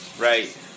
right